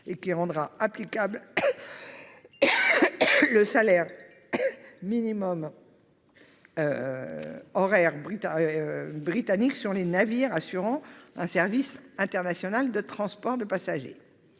qui rendra applicable le salaire minimum horaire britannique sur les navires assurant un service international de transport de passagers.